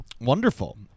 Wonderful